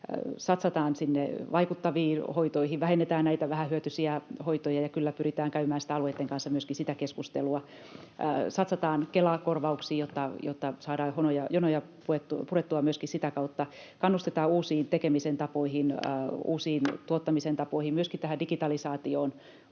satsataan sinne vaikuttaviin hoitoihin, vähennetään näitä vähähyötyisiä hoitoja ja pyritään käymään myöskin alueitten kanssa sitä keskustelua, satsataan Kela-korvauksiin, jotta saadaan jonoja purettua myöskin sitä kautta, ja kannustetaan uusiin tekemisen tapoihin, uusiin tuottamisen tapoihin, myöskin tähän digitalisaatioon